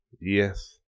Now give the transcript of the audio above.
Yes